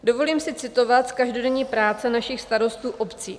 Dovolím si citovat z každodenní práce našich starostů obcí.